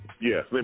Yes